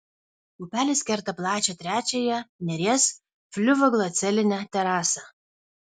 upelis kerta plačią trečiąją neries fliuvioglacialinę terasą